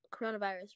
Coronavirus